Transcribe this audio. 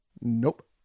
Nope